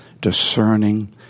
discerning